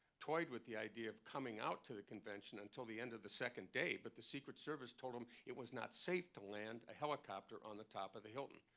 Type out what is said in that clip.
toyed with the idea of coming out to the convention until the end of the second day. but the secret service told him it was not safe to land a helicopter on the top of the hilton.